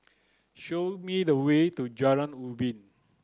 show me the way to Jalan Ubin